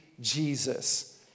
Jesus